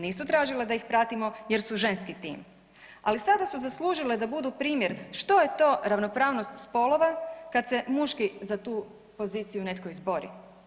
Nisu tražile da ih pratimo jer su ženski tim, ali sada su zaslužile da budu primjer što je to ravnopravnost spolova kad se muški za tu poziciju netko izbori.